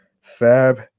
Fab